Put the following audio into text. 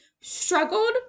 struggled